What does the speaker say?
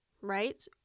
Right